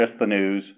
justthenews